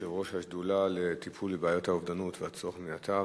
יושב-ראש השדולה לטיפול בבעיית האובדנות ובצורך במניעתה.